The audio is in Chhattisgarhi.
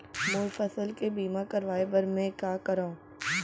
मोर फसल के बीमा करवाये बर में का करंव?